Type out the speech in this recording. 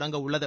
தொடங்க உள்ளது